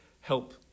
help